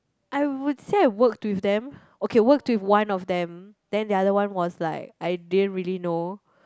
I would said I work with them okay work with one of them then the other one was like I didn't really know